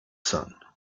sun